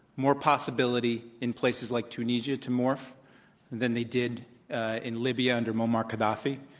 more possibility in places like tunisia to morph than they did in libya under muammar gaddafi,